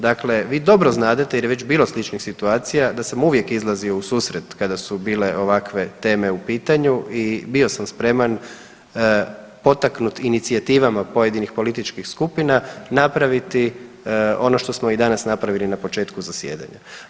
Dakle, vi dobro znadete jer je već bilo sličnih situacija da sam uvijek izlazio u susret kada su bile ovakve teme u pitanju i bio sam spreman potaknut inicijativama pojedinih političkih skupina napraviti ono što smo i danas napravili na početku zasjedanja.